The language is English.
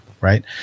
right